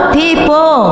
people